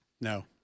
No